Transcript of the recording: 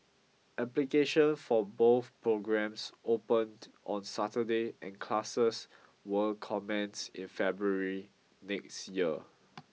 application for both programmes opened on Saturday and classes will commence in February next year